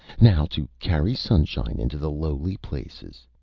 now, to carry sunshine into the lowly places.